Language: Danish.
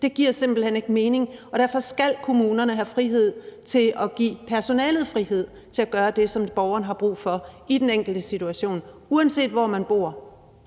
Det giver simpelt hen ikke mening, og derfor skal kommunerne have frihed til at give personalet frihed til at gøre det, som borgeren har brug for i den enkelte situation, uanset hvor